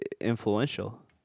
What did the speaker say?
influential